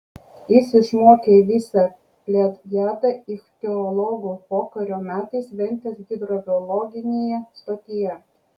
jis išmokė visą plejadą ichtiologų pokario metais ventės hidrobiologinėje stotyje